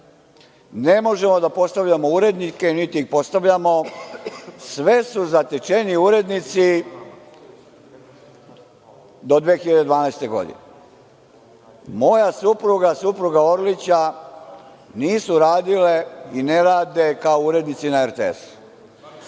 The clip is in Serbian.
Ne možemo da postavljamo urednike, niti ih postavljamo. Sve su zatečeni urednici do 2012. godine. Moja supruga i supruga Orlića nisu radile i ne rade kao urednici na RTS.